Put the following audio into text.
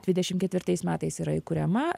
dvidešim ketvirtais metais yra kuriama